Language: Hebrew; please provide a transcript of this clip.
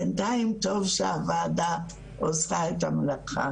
בינתיים טוב שהוועדה לקחה.